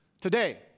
today